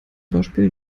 beispiel